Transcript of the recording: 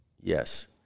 Yes